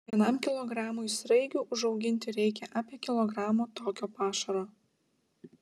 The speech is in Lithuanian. vienam kilogramui sraigių užauginti reikia apie kilogramo tokio pašaro